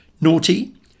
Naughty